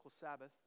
Sabbath